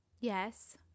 yes